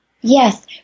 Yes